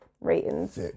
ratings